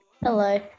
Hello